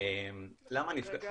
רגע.